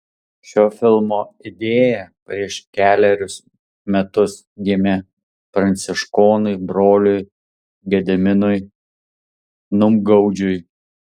šio filmo idėja prieš kelerius metus gimė pranciškonui broliui gediminui numgaudžiui